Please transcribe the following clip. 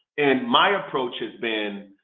and my approach has been,